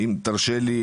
אם תרשה לי,